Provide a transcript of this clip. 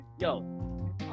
yo